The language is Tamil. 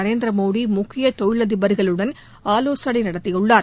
நரேந்திர மோடி முக்கியத் தொழில் அதிபர்களுடன் ஆலோசனை நடத்தியுள்ளார்